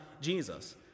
Jesus